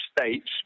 States